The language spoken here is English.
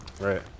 Right